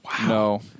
No